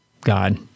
God